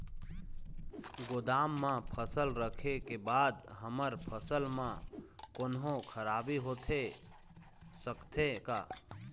गोदाम मा फसल रखें के बाद हमर फसल मा कोन्हों खराबी होथे सकथे का?